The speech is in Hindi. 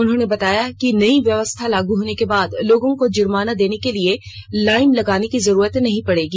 उन्होंने बताया कि नई व्यवस्था लागू होने के बाद लोगों को जुर्माना देने के लिए लाइन लगने की जरूरत नहीं पड़ेगी